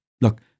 look